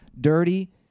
dirty